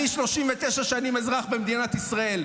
אני 39 שנים אזרח במדינת ישראל.